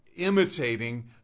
imitating